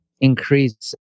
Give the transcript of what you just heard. increase